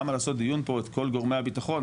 למה לעשות דיון פה את כל גורמי הביטחון?